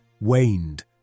waned